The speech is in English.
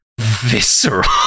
visceral